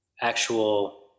actual